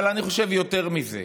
אבל אני חושב יותר מזה,